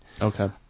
Okay